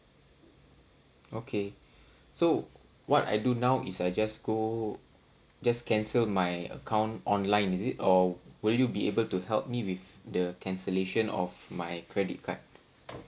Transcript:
okay so what I do now is I just go just cancel my account online is it or will you be able to help me with the cancellation of my credit card